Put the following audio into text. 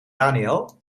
daniël